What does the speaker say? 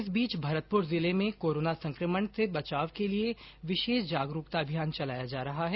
इस बीच भरतपुर जिले में कोरोना संकमण से बचाव के लिए विशेष जागरूकता अभियान चलाया जा रहा है